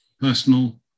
personal